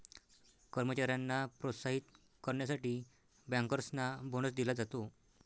कर्मचाऱ्यांना प्रोत्साहित करण्यासाठी बँकर्सना बोनस दिला जातो